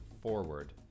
forward